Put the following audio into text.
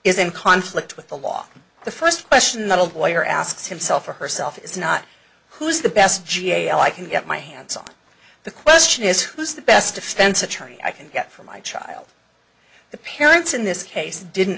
is in conflict with the law the first question that old boy or asks himself or herself is not who is the best g l i can get my hands on the question is who's the best defense attorney i can get for my child the parents in this case didn't